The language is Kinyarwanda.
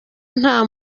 nta